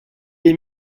est